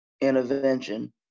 intervention